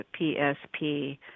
PSP